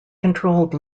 controlled